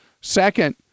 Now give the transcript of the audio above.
Second